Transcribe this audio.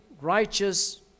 righteous